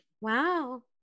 Wow